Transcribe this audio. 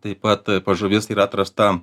taip pat pas žuvis yra atrasta